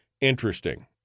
interesting